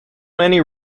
many